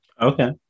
Okay